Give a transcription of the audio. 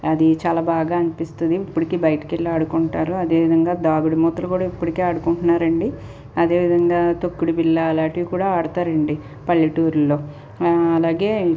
అది చాలా బాగా అనిపిస్తుంది ఇప్పటికి బయటకు వెళ్ళి ఆడుకుంటారు అదేవిధంగా దాగుడుమూతలు కూడా ఇప్పటికి ఆడుకుంటున్నారండి అదేవిధంగా తొక్కుడు బిల్ల అలాంటివి కూడా ఆడతారండి పల్లెటూళ్ళల్లో అలాగే